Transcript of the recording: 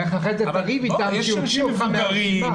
ולך אחרי זה תריב איתם שיוציאו אותך מן הרשימה.